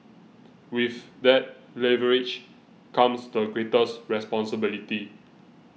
with that leverage comes the greatest responsibility